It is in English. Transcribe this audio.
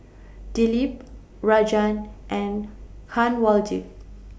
Dilip Rajan and Kanwaljit